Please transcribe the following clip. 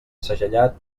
segellat